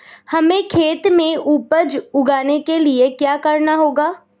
हमें खेत में उपज उगाने के लिये क्या करना होगा?